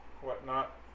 whatnot